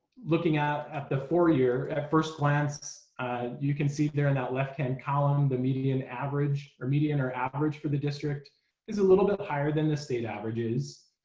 looking at at the four year. at first glance you can see they're in that left-hand column the median average or median or average for the district is a little bit higher than the state average is.